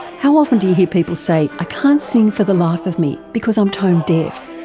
how often do you hear people say, i can't sing for the life of me, because i'm tone deaf?